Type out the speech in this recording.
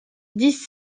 dix